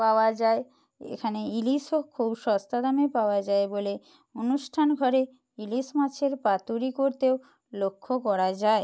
পাওয়া যায় এখানে ইলিশও খুব সস্তা দামে পাওয়া যায় বলে অনুষ্ঠান ঘরে ইলিশ মাছের পাতুরি করতেও লক্ষ্য করা যায়